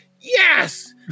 yes